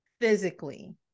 physically